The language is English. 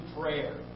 prayer